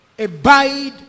abide